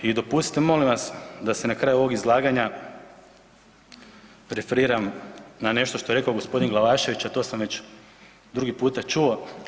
I dopustite molim vas da se na kraju ovog izlaganja referiram na nešto što je rekao gospodin Glavašević, a to sam već drugi puta čuo.